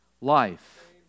life